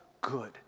good